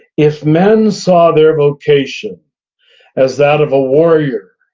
if men saw their vocation as that of a warrior,